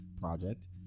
project